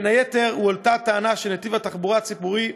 בין היתר הועלתה הטענה שנתיב התחבורה הציבורית